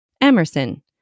Emerson